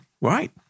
right